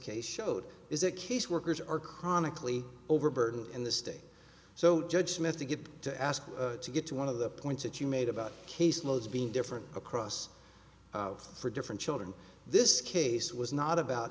case showed is that caseworkers are chronically overburdened in the state so judgment to get to ask to get to one of the points that you made about caseload being different across for different children this case was not about